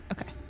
Okay